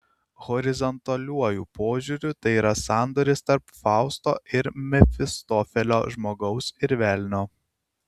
horizontaliuoju požiūriu tai yra sandoris tarp fausto ir mefistofelio žmogaus ir velnio